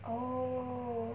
oh